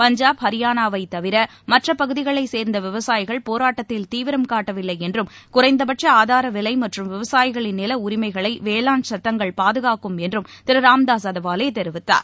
பஞ்சாப் ஹரியானாவைதவிரமற்றபகுதிகளைச் சே்ந்தவிவசாயிகள் போராட்டத்தில் தீவிரம் காட்டவில்லைஎன்றும் குறைந்தபட்கஆதாரவிலைமற்றும் விவசாயிகளின் நிலஉரிமைகளைவேளாண் சட்டங்கள் பாதுகாக்கும் என்றும் திருராம்தாஸ் அதவாலேதெரிவித்தார்